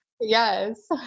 yes